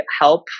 help